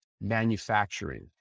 manufacturing